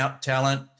talent